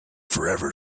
forever